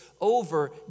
over